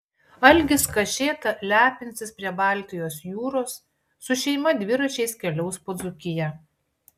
algis kašėta lepinsis prie baltijos jūros su šeima dviračiais keliaus po dzūkiją